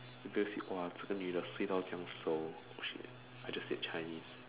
!wah! 这个女的睡到这样熟 oh shit I just said chinese